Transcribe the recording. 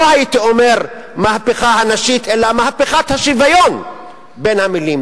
לא הייתי אומר מהפכה נשית אלא מהפכת השוויון בין המינים.